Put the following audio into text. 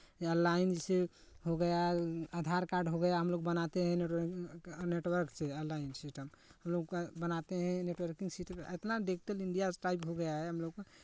यहाँ लाइंसेंस हो गया आधार कार्ड हो गया हमलोग बनाते हैं नेटवर्क से ऑनलाइन सिस्टम हमलोग बनाते हैं नेटवर्किंग सिस्टम इतना डिजिटल इंडिया टाइप हो गया है हमलोग का